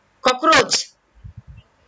cockroach